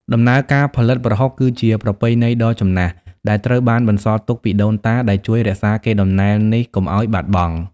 ដំណើរការផលិតប្រហុកគឺជា ប្រពៃណីដ៏ចំណាស់ ដែលត្រូវបានបន្សល់ទុកពីដូនតា ដែលជួយរក្សាកេរដំណែលនេះកុំឱ្យបាត់បង់។